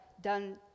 done